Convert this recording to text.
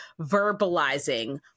verbalizing